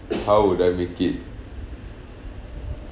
how would I make it